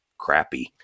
Crappy